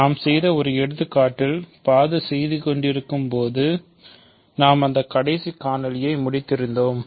நாம் செய்த ஒரு எடுத்துக்காட்டில் பாதி செய்து கொண்டிருக்கும் போது நாம் அந்த கடைசி காணொளியை முடித்திருந்தோம்